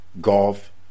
Golf